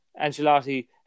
Angelotti